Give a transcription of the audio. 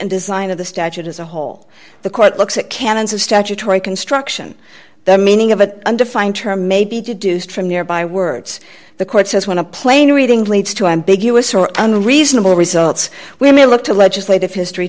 and design of the statute as a whole the court looks at canons of statutory construction the meaning of an undefined term may be deduced from nearby words the court says when a plain reading leads to ambiguous or unreasonable results we may look to legislative history